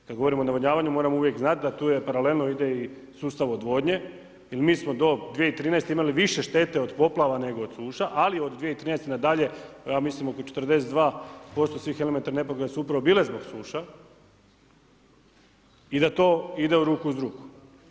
Kada govorimo o navodnjavanju moramo uvijek znati, da tu paralelno ide i sustav odvodnje, jer mi smo do 2013. imali više štete od poplava nego od suša, ali od 2013. nadalje, ja mislim oko 42% svih elementarnih nepogoda su upravo bile zbog suša i da to ide u ruku s drugim.